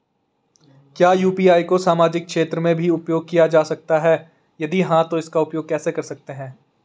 क्या यु.पी.आई को सामाजिक क्षेत्र में भी उपयोग किया जा सकता है यदि हाँ तो इसका उपयोग कैसे कर सकते हैं?